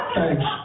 Thanks